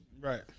Right